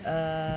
uh